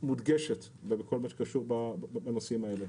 מודגשת בכל הקשור בנושאים האלה.